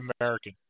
American